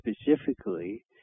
specifically